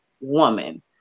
woman